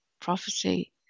prophecy